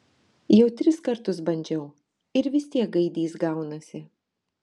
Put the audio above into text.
jau tris kartus bandžiau ir vis tiek gaidys gaunasi